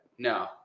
No